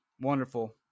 Wonderful